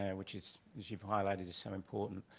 which is, as you've highlighted, is so important.